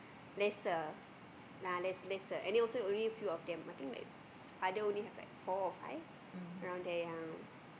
lesser ah less lesser and then also only few of them I think like father only have like four or five around there yea